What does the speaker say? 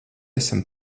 esam